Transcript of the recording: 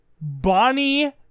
Bonnie